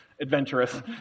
adventurous